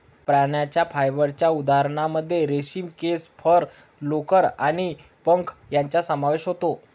प्राण्यांच्या फायबरच्या उदाहरणांमध्ये रेशीम, केस, फर, लोकर आणि पंख यांचा समावेश होतो